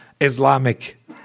Islamic